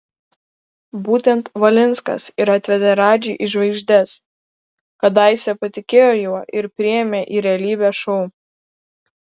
būtent valinskas ir atvedė radži į žvaigždes kadaise patikėjo juo ir priėmė į realybės šou